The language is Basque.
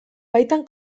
baitan